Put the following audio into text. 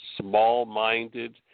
small-minded